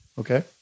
okay